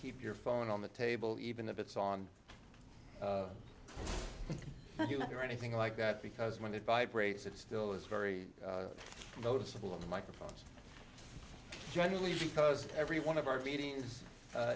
keep your phone on the table even if it's on you or anything like that because when it vibrates it still is very noticeable on the microphone generally because every one of our meetings